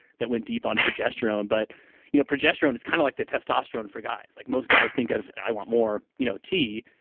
that went deep on progesterone. but you know progesterone is kind of like the testosterone for guys. like most guys think of, i want more you know t,